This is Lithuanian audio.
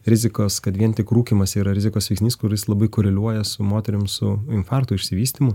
rizikos kad vien tik rūkymas yra rizikos veiksnys kuris labai koreliuoja su moterim su infarkto išsivystymu